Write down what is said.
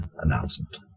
announcement